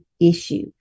issue